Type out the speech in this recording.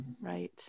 Right